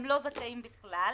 הם לא זכאים בכלל.